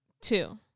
two